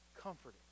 comforting